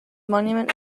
monument